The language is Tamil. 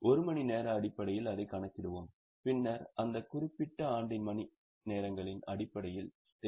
ஒரு மணி நேர அடிப்படையில் அதைக் கணக்கிடுவோம் பின்னர் அந்த குறிப்பிட்ட ஆண்டின் மணிநேரங்களின் அடிப்படையில் தேய்மானத்தைக் கணக்கிடுவோம்